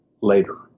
later